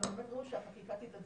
אבל באמת דרוש שהחקיקה תתעדכן,